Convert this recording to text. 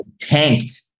tanked